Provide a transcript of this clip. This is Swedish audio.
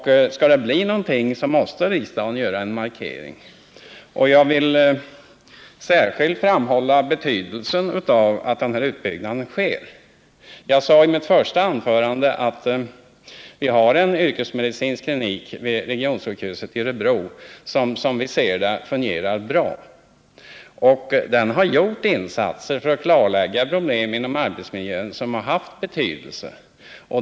Skall det bli någonting måste riksdagen göra en markering. Jag vill särskilt framhålla betydelsen av att denna utbyggnad sker. I mitt första anförande sade jag att vi har en yrkesmedicinsk klinik vid regionsjukhuset i Örebro, vilken som vi ser det fungerar bra. Denna klinik har gjort insatser för att klarlägga sådana problem inom arbetsmiljön vilka haft betydelse.